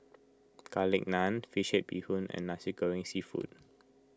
Garlic Naan Fish Head Bee Hoon and Nasi Goreng Seafood